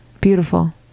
Beautiful